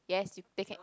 yes you they can